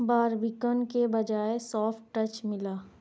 Barbican کے بجائے soft touch ملا